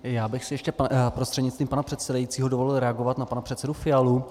Já bych si ještě prostřednictvím pana předsedajícího dovolil reagovat na pana předsedu Fialu.